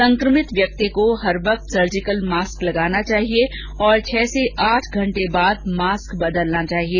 संक्रमित व्यक्ति को हर वक्त सर्जिकल मास्क लगाना चाहिए और छह से आठ घंटे बाद मास्क बदल लेना चाहिए